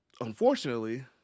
unfortunately